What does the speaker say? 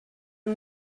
yng